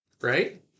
Right